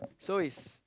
so is